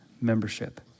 membership